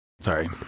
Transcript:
sorry